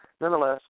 nonetheless